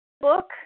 book